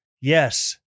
Yes